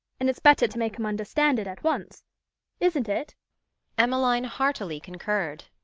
and it's better to make him understand it at once isn't it emmeline heartily concurred.